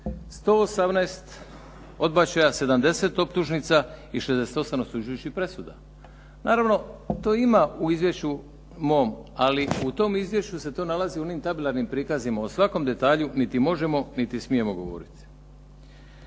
118 odbačaja, 70 optužnica i 68 osuđujućih presuda. Naravno, to ima u izvješću mom ali u tom izvješću se to nalazi u onim tabelarnim prikazima. O svakom detalju niti možemo niti smijemo govoriti.